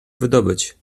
wydobyć